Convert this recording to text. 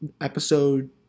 Episode